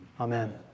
Amen